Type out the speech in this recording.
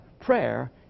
prayer